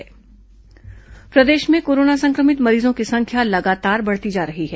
corona मरीज प्रदेश में कोरोना संक्रमित मरीजों की संख्या लगातार बढ़ती जा रही है